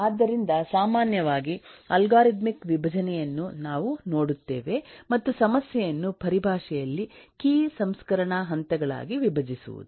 ಆದ್ದರಿಂದ ಸಾಮಾನ್ಯವಾಗಿ ಅಲ್ಗಾರಿದಮಿಕ್ ವಿಭಜನೆಯನ್ನು ನಾವು ನೋಡುತ್ತೇವೆ ಮತ್ತು ಸಮಸ್ಯೆಯನ್ನು ಪರಿಭಾಷೆಯಲ್ಲಿ ಕೀ ಸಂಸ್ಕರಣಾ ಹಂತಗಳಾಗಿ ವಿಭಜಿಸುವುದು